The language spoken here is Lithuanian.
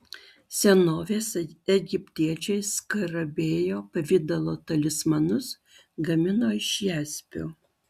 senovės egiptiečiai skarabėjo pavidalo talismanus gamino iš jaspio